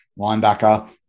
linebacker